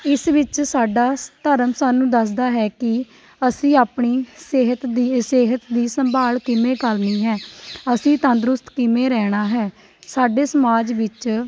ਇਸ ਵਿੱਚ ਸਾਡਾ ਧਰਮ ਸਾਨੂੰ ਦੱਸਦਾ ਹੈ ਕਿ ਅਸੀਂ ਆਪਣੀ ਸਿਹਤ ਦੀ ਸਿਹਤ ਦੀ ਸੰਭਾਲ ਕਿਵੇਂ ਕਰਨੀ ਹੈ ਅਸੀਂ ਤੰਦਰੁਸਤ ਕਿਵੇਂ ਰਹਿਣਾ ਹੈ ਸਾਡੇ ਸਮਾਜ ਵਿੱਚ